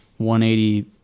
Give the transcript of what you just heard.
180